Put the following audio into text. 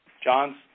John's